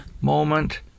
moment